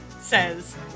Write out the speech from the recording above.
says